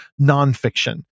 nonfiction